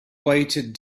weighted